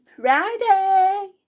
Friday